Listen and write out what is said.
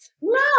No